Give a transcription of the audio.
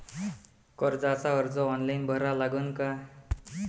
कर्जाचा अर्ज ऑनलाईन भरा लागन का?